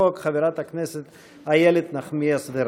החוק חברת הכנסת איילת נחמיאס ורבין.